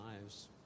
lives